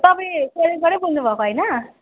तपाईँ सोरेङबाटै बोल्नु भएको होइन